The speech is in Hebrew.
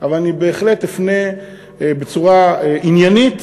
אבל אני בהחלט אפנה בצורה עניינית,